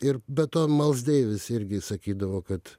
ir be to miles davis irgi sakydavo kad